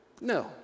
No